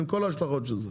עם כל ההשלכות של זה.